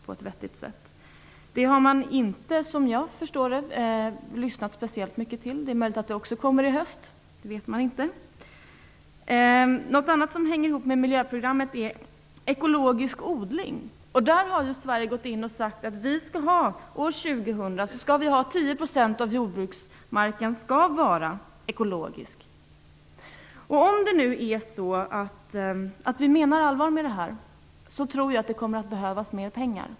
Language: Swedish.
Som jag förstår det har regeringen inte lyssnat speciellt mycket på det förslaget. Det är möjligt att det också kommer i höst. Det vet man inte. Ekologisk odling hänger också ihop med miljöprogrammet. Vi har sagt att 10 % av jordbruksmarken i Sverige skall vara ekologiskt odlad år 2000. Om vi menar allvar med det kommer det att behövas mer pengar.